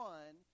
One